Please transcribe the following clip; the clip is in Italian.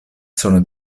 sono